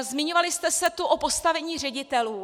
Zmiňovali jste se tu o postavení ředitelů.